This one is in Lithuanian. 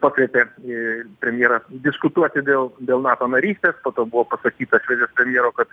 pakvietė ii premjerą diskutuoti dėl dėl nato narystės po to buvo atsakyta švedijos premjero kad